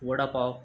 vada pav